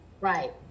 Right